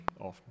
often